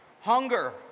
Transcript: Hunger